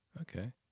Okay